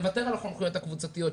נוותר על החונכויות הקבוצתיות,